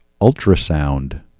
ultrasound